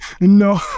No